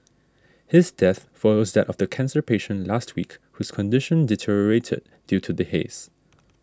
his death follows that of the cancer patient last week whose condition deteriorated due to the haze